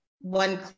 one